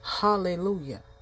Hallelujah